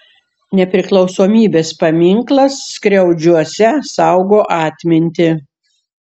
nepriklausomybės paminklas skriaudžiuose saugo atmintį